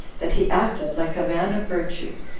that he acted like a man of virtue,